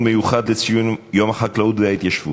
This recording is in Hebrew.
שמשמש חומר גלם למוצרים ממחלבת יטבתה.